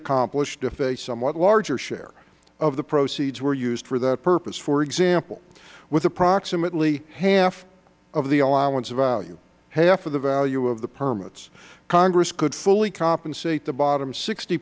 accomplished if a somewhat larger share of the proceeds were used for that purpose for example with approximately half of the allowance value half of the value of the permits congress could fully compensate the bottom sixty